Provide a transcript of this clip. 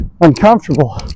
uncomfortable